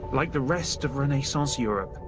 like the rest of renaissance europe,